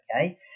okay